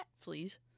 Fleas